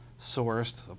sourced